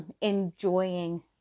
enjoying